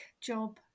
job